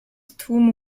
tłumu